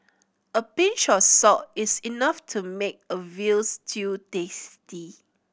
a pinch of salt is enough to make a veal stew tasty